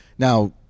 Now